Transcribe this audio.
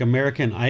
American